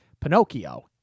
Pinocchio